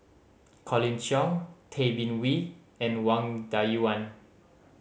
Colin Cheong Tay Bin Wee and Wang Dayuan